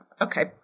Okay